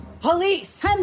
Police